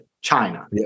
China